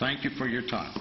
thank you for your time